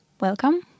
welcome